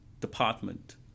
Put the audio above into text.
department